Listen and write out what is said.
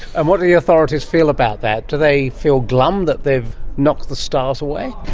and what do the authorities feel about that? do they feel glum that they've knocked the stars away?